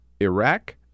Iraq